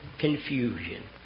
confusion